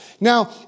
Now